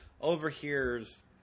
overhears